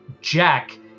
jack